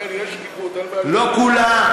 לכן, יש שקיפות, לא כולן.